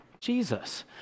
Jesus